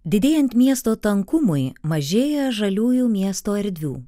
didėjant miesto tankumui mažėja žaliųjų miesto erdvių